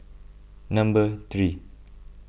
number three